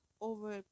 over